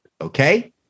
okay